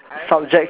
subject